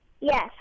yes